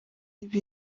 kandi